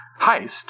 heist